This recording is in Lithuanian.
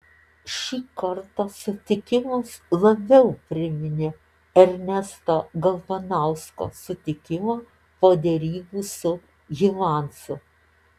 šį kartą sutikimas labiau priminė ernesto galvanausko sutikimą po derybų su hymansu